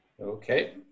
Okay